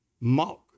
mock